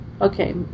okay